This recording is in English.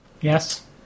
Yes